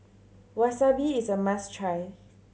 wasabi is a must try